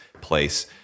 place